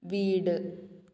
വീട്